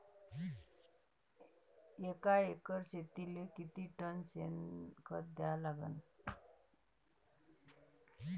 एका एकर शेतीले किती टन शेन खत द्या लागन?